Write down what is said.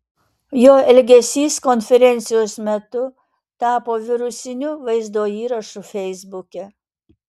jo elgesys konferencijos metu tapo virusiniu vaizdo įrašu feisbuke